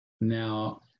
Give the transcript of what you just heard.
Now